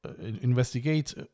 investigate